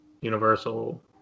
universal